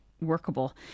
workable